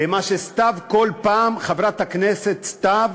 לזה שחברת הכנסת סתיו